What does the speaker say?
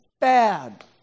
bad